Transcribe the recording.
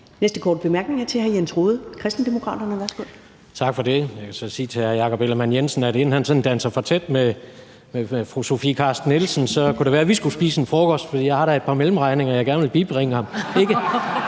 næste korte bemærkning er til hr. Jens Rohde, Kristendemokraterne. Værsgo. Kl. 11:17 Jens Rohde (KD): Tak for det. Jeg kan så sige til hr. Jakob Ellemann-Jensen, at inden han danser for tæt med fru Sofie Carsten Nielsen, kunne det være, at vi skulle spise en frokost sammen, for jeg har da et par mellemregninger, jeg gerne vil bibringe ham.